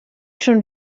schon